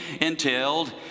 entailed